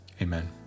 Amen